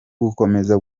gukomeza